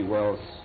Wells